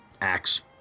axe